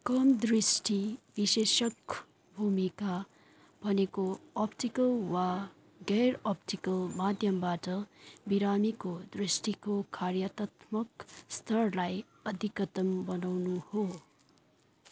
कम दृष्टि विशेषज्ञको भूमिका भनेको अप्टिकल वा गैर अप्टिकल माध्यमबाट बिरामीको दृष्टिको कार्यात्मक स्तरलाई अधिकतम बनाउनु हो